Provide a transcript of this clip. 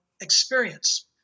experience